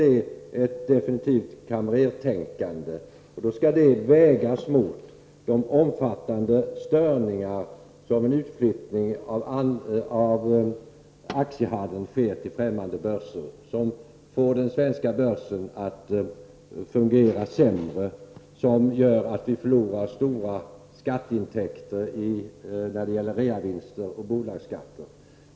Det är definitivt ett kamrerstänkande. Det skall vägas mot de omfattande störningar som inträffar genom en utflyttning av aktiehandeln till fträmmande börser, något som får den svenska börsen att fungera sämre och som gör att vi förlorar stora skatteintäkter från reavinster och i form av bolagsskatter.